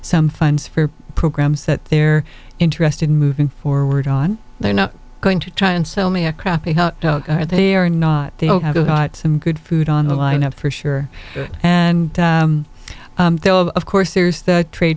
some funds for programs that they're interested in moving forward on they're not going to try and sell me a crappy they are not they don't have a got some good food on the line up for sure and there of course there's the trade